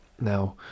Now